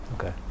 Okay